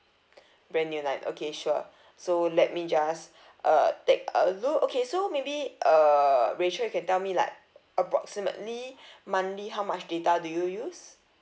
brand new line okay sure so let me just uh take a look okay so maybe uh rachel you can tell me like approximately monthly how much data do you use